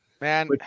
Man